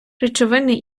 речовини